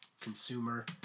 Consumer